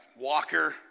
walker